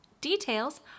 Details